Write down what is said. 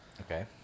Okay